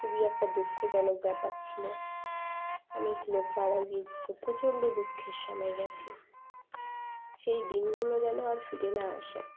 খুবই একটা দুঃখজনক ব্যাপার ছিলো অনেক লোক মারা গিয়েছিলো প্রচণ্ড দুঃখের সময় গেছে সেই দিনগুলো যেন আর ফিরে না আসে